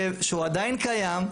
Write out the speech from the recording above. שהוא עדיין קיים,